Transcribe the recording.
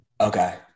okay